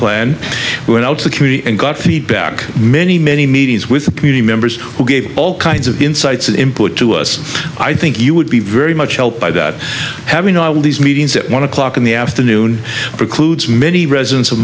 plan went out to the community and got feedback many many meetings with community members who gave all kinds of insights input to us i think you would be very much helped by that having all these meetings at one o'clock in the afternoon precludes many residents of